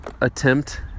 attempt